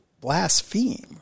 blaspheme